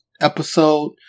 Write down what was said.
episode